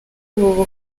ubu